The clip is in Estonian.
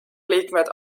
liikmed